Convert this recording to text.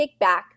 kickback